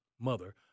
mother